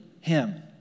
him